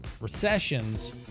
recessions